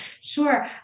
sure